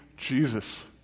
Jesus